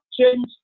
change